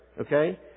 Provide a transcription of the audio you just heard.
Okay